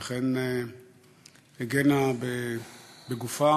היא אכן הגנה בגופה